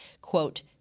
quote